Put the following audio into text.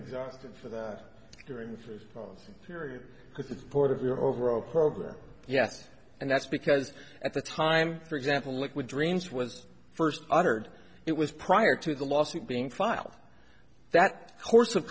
exhausted for that during the first period because it's part of your overall program yes and that's because at the time for example liquid dreams was first uttered it was prior to the lawsuit being filed that course of